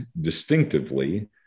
distinctively